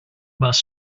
bus